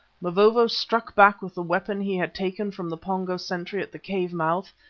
mavovo struck back with the weapon he had taken from the pongo sentry at the cave mouth,